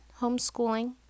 homeschooling